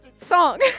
song